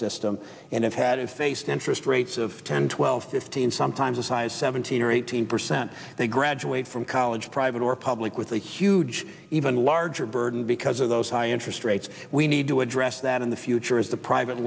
system and it had faced interest rates of ten twelve fifteen sometimes a size seventeen or eighteen percent they graduate from college private or public with a huge even larger burden because of those high interest rates we need to address that in the future is the private